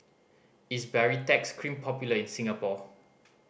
is Baritex Cream popular in Singapore